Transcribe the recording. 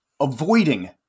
avoiding